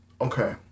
Okay